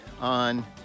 on